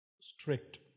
strict